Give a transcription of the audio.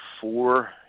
four